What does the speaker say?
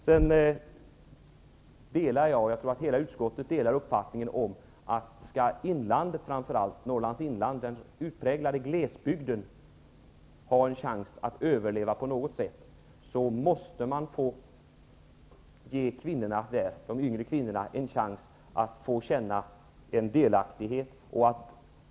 Jag och som jag tror hela utskottet delar uppfattningen att för att den utpräglade glesbygden, framför allt Norrlands inland, skall ha en chans att överleva måste man ge de yngre kvinnorna där en chans att känna en delaktighet.